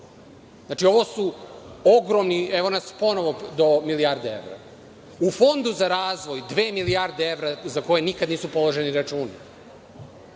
Znači, evo nas ponovo do milijarde evra. U Fondu za razvoj, dve milijarde evra za koje nikad nisu položeni računi.